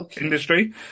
industry